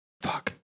Fuck